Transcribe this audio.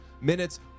minutes